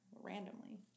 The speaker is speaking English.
Randomly